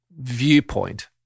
Viewpoint